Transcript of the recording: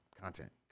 content